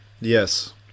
Yes